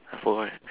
I forgot